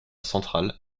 centrale